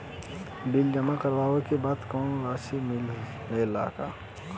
Bill जमा करवले के बाद कौनो रसिद मिले ला का?